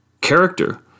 character